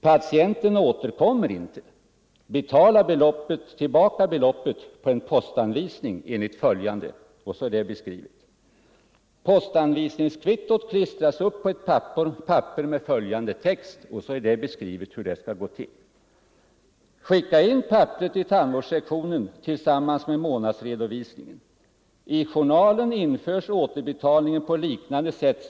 Patienten återkommer inte. Betala tillbaka beloppet på en postanvisning enligt följande:” Så är förfaringssättet beskrivet. ”Postanvisningskvittot klistras upp på ett papper med följande text:” — Så beskrivs hur det skall gå till. A.